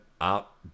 out